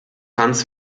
hans